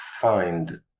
find